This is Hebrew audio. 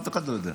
אף אחד לא יודע.